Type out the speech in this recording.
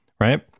right